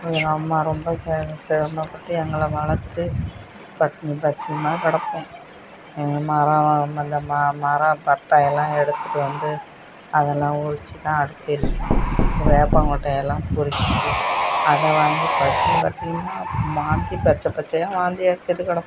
அப்போ எங்கள் அம்மா ரொம்ப சிர சிரமப்பட்டு எங்களை வளர்த்து பட்டினி பசியும்மா கிடப்போம் எங்கள் மரமெல்லாம் அந்த ம மரம் பட்டையெல்லாம் எடுத்துகிட்டு வந்து அதெல்லாம் ஒடைச்சிதான் அடுப்பு எரிப்போம் வேப்பங்கொட்டையெல்லாம் பொறுக்கிட்டு அதை வாங்கி பசியும் பட்டினியுமாக வாந்தி பச்சை பச்சையாக வாந்தி எடுத்துக்கிட்டு கிடப்போம்